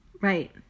Right